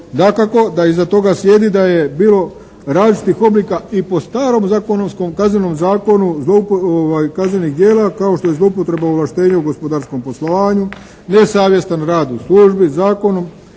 Dakako da iza toga slijedi da je bilo različitih oblika i po starom Kaznenom zakonu kaznenih djela kao što je zloupotreba ovlaštenja u gospodarskom poslovanju, nesavjestan rad u službi zakonom,